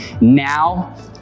now